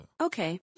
okay